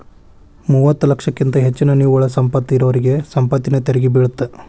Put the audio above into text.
ಮೂವತ್ತ ಲಕ್ಷಕ್ಕಿಂತ ಹೆಚ್ಚಿನ ನಿವ್ವಳ ಸಂಪತ್ತ ಇರೋರಿಗಿ ಸಂಪತ್ತಿನ ತೆರಿಗಿ ಬೇಳತ್ತ